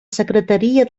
secretaria